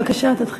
חבר הכנסת גפני,